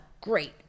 great